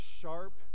sharp